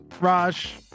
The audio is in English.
raj